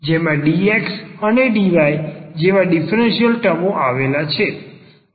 જેમાં dx અને dy જેવા ડીફરન્સીયલ ટર્મો આવેલા છે